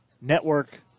network